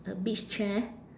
a beach chair